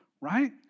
Right